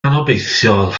anobeithiol